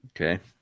Okay